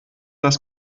dass